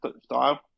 style